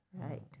right